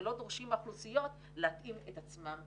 ולא דורשים מהאוכלוסיות להתאים את עצמן אלינו.